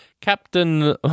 Captain